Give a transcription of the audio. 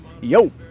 Yo